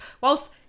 whilst